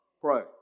pray